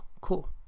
cool